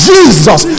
Jesus